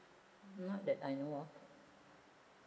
not that I know of